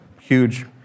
huge